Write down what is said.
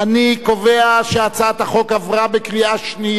אני קובע שהצעת החוק עברה בקריאה שנייה.